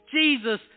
Jesus